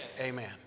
Amen